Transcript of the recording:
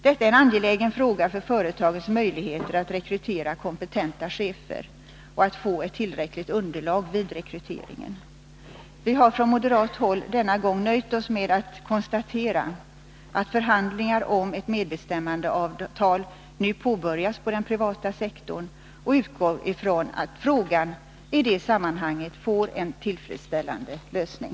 Detta är en angelägen fråga för företagens möjligheter att rekrytera kompetenta chefer och att få ett tillräckligt underlag vid rekryteringen. Vi har från moderat håll denna gång nöjt oss med att konstatera att förhandlingar om ett medbestämmandeavtal nu påbörjats på den privata sektorn, och vi utgår från att frågan i det sammanhanget får en tillfredsställande lösning.